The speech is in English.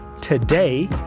today